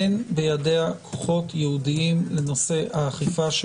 אין בידיה כוחות ייעודיים לנושא האכיפה,